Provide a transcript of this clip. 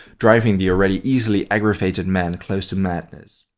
driving the already easily aggravated man close to madness.